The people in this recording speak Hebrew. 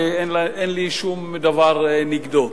ואין לי שום דבר נגדו.